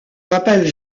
m’appelle